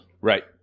Right